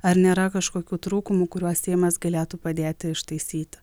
ar nėra kažkokių trūkumų kuriuos seimas galėtų padėti ištaisyti